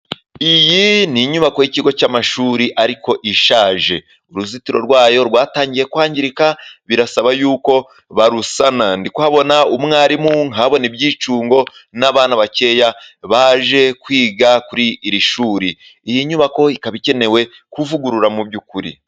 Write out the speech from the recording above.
Iyi ni inyubako y'ikigo cy'amashuri ariko ishaje. Uruzitiro rwayo rwatangiye kwangirika, birasaba yuko barusana. Ndi kuhabona umwarimu, nkahabona ibyicungo n'abana bakeya baje kwiga kuri iri shuri. Iyi nyubako ikaba ikenewe kuvugururwa mu by'ukuri.